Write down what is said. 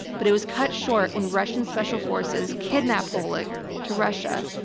but it was cut short when russian special forces kidnapped oleg to russia,